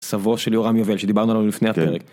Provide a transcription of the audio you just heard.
סבו של יורם יובל שדיברנו עליו לפני הפרק.